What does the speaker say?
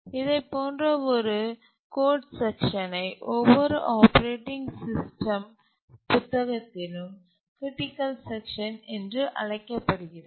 இதைப்போன்ற ஒரு கோடுசெக்சன் ஒவ்வொரு ஆப்பரேட்டிங் சிஸ்டம் புத்தகத்திலும் க்ரிட்டிக்கல் செக்ஷன் என்று அழைக்கப்படுகிறது